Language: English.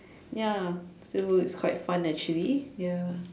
ya so it's quite fun actually ya